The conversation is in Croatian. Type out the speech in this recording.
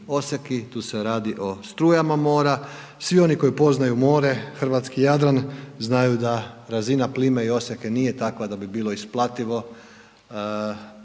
tu se radi o strujama mora. Svi oni koji poznaju more, hrvatski Jadran znaju da razina plime i oseke nije takva da bi bilo isplativo